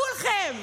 כולכם.